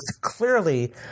clearly